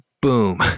boom